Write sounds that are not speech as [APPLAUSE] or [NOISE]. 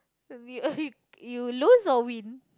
we [LAUGHS] you lose or win